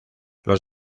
los